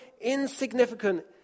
insignificant